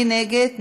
מי נגד?